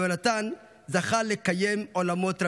יהונתן זכה לקיים עולמות רבים.